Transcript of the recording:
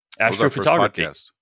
Astrophotography